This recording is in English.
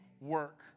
work